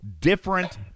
different